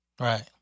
right